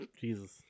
Jesus